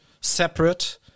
Separate